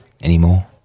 anymore